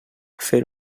fer